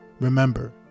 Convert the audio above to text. Remember